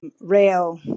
rail